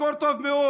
תזכור טוב מאוד,